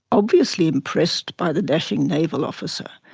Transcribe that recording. obviously impressed by the dashing naval officer,